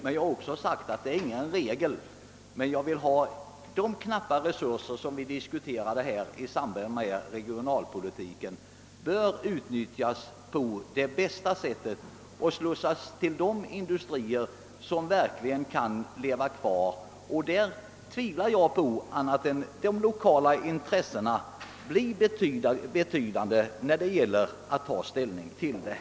Men jag har också sagt att detta inte är någon regel. Jag vill emellertid att de knappa resurser som står till förfogande för detta ändamål utnyttjas på det bästa sättet och slussas till de industrier som verkligen kan leva kvar. Jag är inte säker på att de lokala intressena inte skulle komma att spela en stor roll vid ställningstagandet.